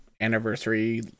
anniversary